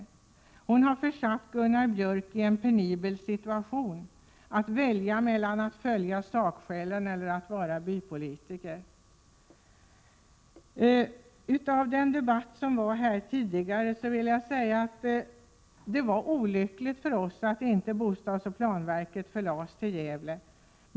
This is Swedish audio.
Gunnel Jonäng har försatt Gunnar Björk i en penibel situation: att välja mellan att följa sakskälen eller att agera som en bypolitiker. I anslutning till den debatt som förts här tidigare vill jag säga att det var olyckligt att inte planoch bostadsverket förlades till Gävle.